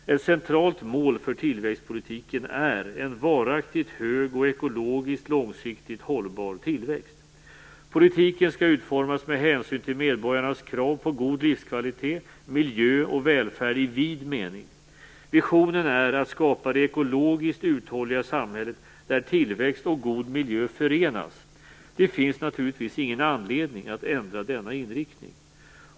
Ett centralt mål för tillväxtpolitiken är en varaktigt hög och ekologiskt långsiktigt hållbar tillväxt. Politiken skall utformas med hänsyn till medborgarnas krav på god livskvalitet, miljö och välfärd i vid mening. Visionen är att skapa det ekologiskt uthålliga samhället där tillväxt och god miljö förenas. Det finns naturligtvis ingen anledning att ändra denna inriktning.